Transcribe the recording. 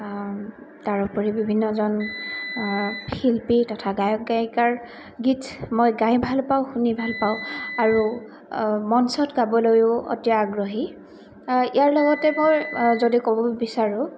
তাৰোপৰি বিভিন্নজন শিল্পী তথা গায়ক গায়িকাৰ গীত মই গাই ভাল পাওঁ শুনি ভাল পাওঁ আৰু মঞ্চত গাবলৈও অতি আগ্ৰহী ইয়াৰ লগতে মই যদি ক'ব বিচাৰোঁ